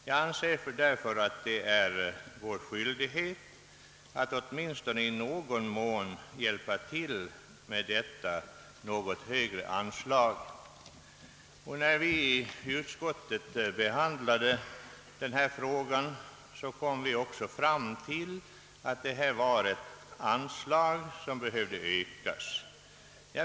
Jag anser sålunda att det är vår skyldighet att i någon mån hjälpa till genom att bevilja det ifrågavarande högre anslaget. När vi behandlade frågan i utskottet kom vi också franv till att anslaget behövde ökas.